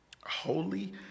holy